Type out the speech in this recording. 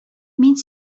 мин